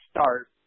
start